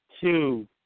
two